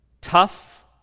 tough